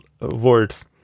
words